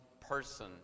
person